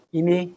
ini